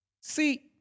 See